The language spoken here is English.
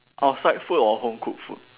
outside food or home cooked food